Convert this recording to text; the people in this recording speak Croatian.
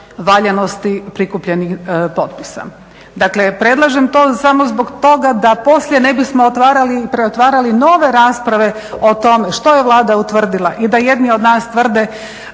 valjanosti prikupljenih potpisa. Dakle, predlažem to samo zbog toga da poslije ne bismo otvarali i preotvarali nove rasprave o tome što je Vlada utvrdila i da jedni od nas tvrde